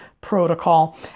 protocol